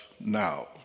now